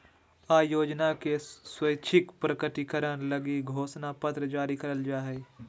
आय योजना के स्वैच्छिक प्रकटीकरण लगी घोषणा पत्र जारी करल जा हइ